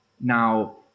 Now